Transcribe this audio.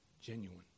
genuine